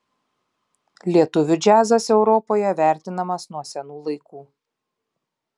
lietuvių džiazas europoje vertinamas nuo senų laikų